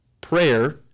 prayer